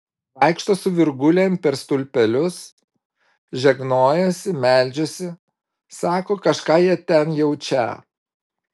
vaikšto su virgulėm per stulpelius žegnojasi meldžiasi sako kažką jie ten jaučią